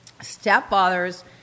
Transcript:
stepfather's